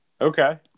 okay